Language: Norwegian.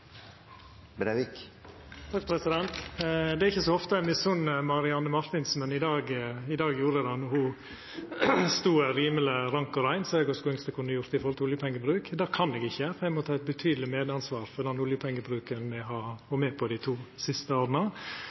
til oppfølgingsspørsmål. Det er ikkje så ofte eg misunner Marianne Marthinsen, men i dag gjorde eg det då ho stod her rimeleg rank og rein, som eg ynskte eg kunne ha gjort, med omsyn til oljepengebruken. Det kan eg ikkje, eg må ta eit betydeleg medansvar for den oljepengebruken me har vore med på dei to siste åra.